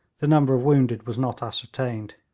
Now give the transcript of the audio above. the number of wounded was not ascertained